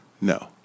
no